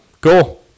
Cool